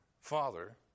Father